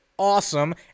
awesome